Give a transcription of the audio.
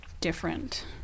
different